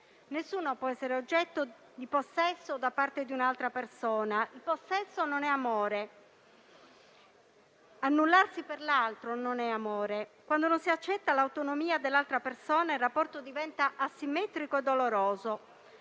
Nessuno può essere oggetto di possesso da parte di un'altra persona, il possesso non è amore. Annullarsi per l'altro non è amore. Quando non si accetta l'autonomia dell'altra persona, il rapporto diventa asimmetrico e doloroso.